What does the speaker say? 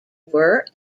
were